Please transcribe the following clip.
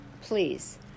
please